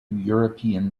european